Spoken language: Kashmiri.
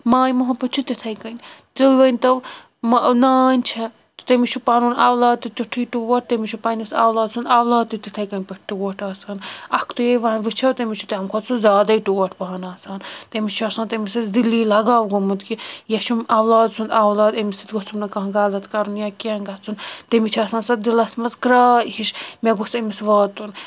ماے محبت چھُ تتھے کٔنۍ تہِ ؤنتو نانۍ چھےٚ تٔمِس چھُ پَنُن اولاد تہِ تیوٗتھٕے ٹوٗٹھ تٔمس چھُ پَننِس اولاد سُنٛد اولاد تہِ تتھے کٔنۍ پٲٹھۍ ٹوٹھ آسان أکھتُیے وۄنۍ وُچھو تٔمس چھُ تَمہِ کھۄتہٕ سُہ زیادے ٹوٹھ پَہن آسان تٔمس چھُ آسان تمہِ سنٛد دِلی لگاو گوٚمت کہ یہِ چھُم اولاد سُنٛد اولاد أمس سۭتۍ گوٚژھُم نہٕ کانٛہہ غلط کرُن یا کیٚنٛہہ گژھن تٔمس چھِ آسان سۄ دِلس منٛز کٔراے ہِش مےٚ گوٚژھ أمِس واتُن